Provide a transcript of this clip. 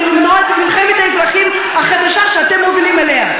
למנוע את מלחמת האזרחים החדשה שאתם מובילים אליה.